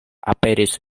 aperis